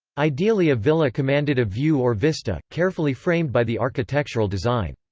ideally a villa commanded a view or vista, carefully framed by the architectural design.